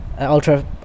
ultra